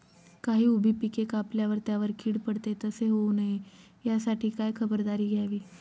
काही उभी पिके कापल्यावर त्यावर कीड पडते, तसे होऊ नये यासाठी काय खबरदारी घ्यावी?